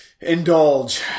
Indulge